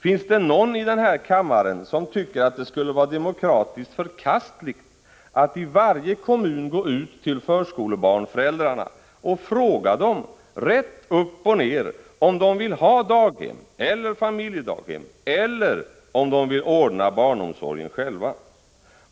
Finns det någon i den här kammaren som tycker att det skulle vara demokratiskt förkastligt att i varje kommun gå ut till förskolebarnföräldrarna och fråga dem, rätt upp och ned, om de vill ha daghem eller familjedaghem, eller om de vill ordna barnomsorgen själva?